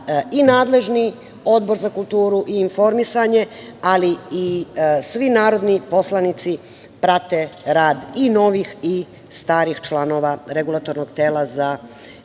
i nadležni Odbor za kulturu i informisanje, ali i svi narodni poslanici prate rad i novih i starih članova REM-a, ali rad tog tela